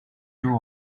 too